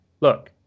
Look